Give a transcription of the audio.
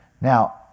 Now